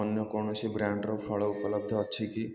ଅନ୍ୟ କୌଣସି ବ୍ରାଣ୍ଡର ଫଳ ଉପଲବ୍ଧ ଅଛି କି